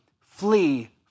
flee